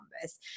numbers